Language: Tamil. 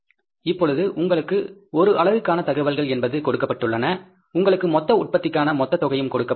இப்பொழுது உங்களுக்கு ஒரு அலகுகளுக்கான தகவல்கள் என்பது கொடுக்கப்பட்டுள்ளது உங்களுக்கு மொத்த உற்பத்திக்கான மொத்தத் தொகையும் கொடுக்கப்பட்டுள்ளது